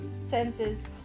senses